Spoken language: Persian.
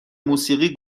موسیقی